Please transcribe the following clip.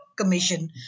commission